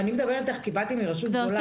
אני מדברת איתך כי באתי מרשות גדולה,